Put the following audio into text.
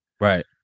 Right